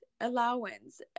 allowance